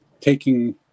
taking